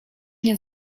nie